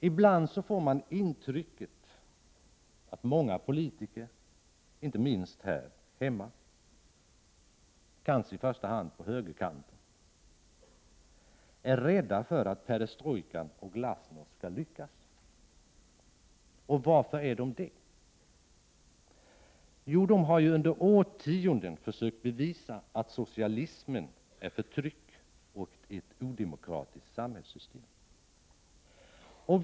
Ibland får man intrycket att många politiker, inte minst här hemma och kanske i första hand på högerkanten, är rädda för att perestrojka och glasnost skalllyckas. Varför är de det? Jo, de har ju under årtionden försökt bevisa att socialismen är förtryck och ett odemokratiskt samhällssystem.